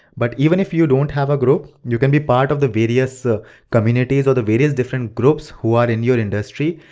but even if you don't have a group, you can be part of the various ah communities or the various different groups who are in your industry,